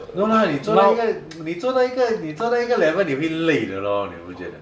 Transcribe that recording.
no lah 你做到一个 你做到一个你做到一个 level 你会累的 lor 你会不会觉得